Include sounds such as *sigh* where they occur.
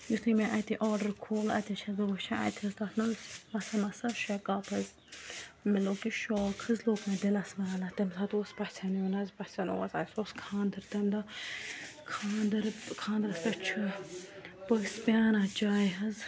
یُتھُے مےٚ اَتہِ آرڈَر کھوٗل اَتہِ حظ چھَس بہٕ وٕچھان اَتہِ حظ تَتھ منٛز مَسا مَسا شےٚ کپ حظ مےٚ لوٚگ یہِ شاک حظ لوٚگ مےٚ دِلَس *unintelligible* تَمہِ ساتہٕ اوس پَژھٮ۪ن یُن حظ پَژھٮ۪ن اوس اَسہِ اوس خانٛدر تَمہِ دۄہ خانٛدَر خانٛدرَس پٮ۪ٹھ چھُ پٔژھۍ پیٛاران چایہِ حظ